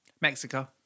Mexico